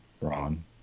Ron